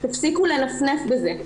תפסיקו לנפנף בזה,